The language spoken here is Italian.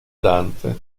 dante